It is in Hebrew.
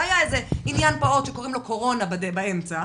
והיה איזה עניין "פעוט" שקוראים לו "קורונה" באמצע,